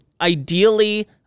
Ideally